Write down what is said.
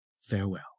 Farewell